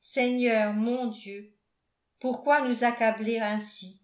seigneur mon dieu pourquoi nous accabler ainsi